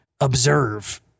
observe